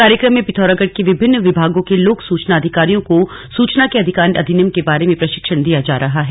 कार्यक्रम में पिथौरागढ़ के विभिन्न विभागों के लोक सूचना अधिकारियों को सूचना के अधिकार अधिनियम के बारे में प्रशिक्षण दिया जा रहा है